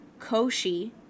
Koshi